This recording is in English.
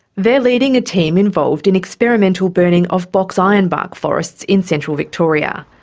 they are leading a team involved in experimental burning of box ironbark forests in central victoria.